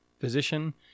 physician